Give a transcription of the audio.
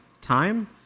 time